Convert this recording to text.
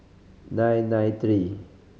nine nine three